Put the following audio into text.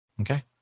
Okay